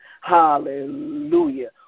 hallelujah